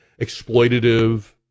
exploitative